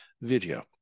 video